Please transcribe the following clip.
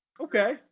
Okay